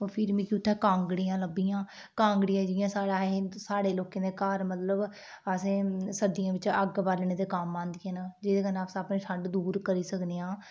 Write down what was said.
होर फिर मिकी उत्थे कागंड़ियां लब्भियां कागड़िये च जियां असें साढ़े लोकें दे घर मतलब असें सर्दिये च अग्ग बालने दे कम्म आंदिया न जेह्दे कन्नै अस अपनी ठंड दूर करी सकने आं